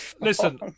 Listen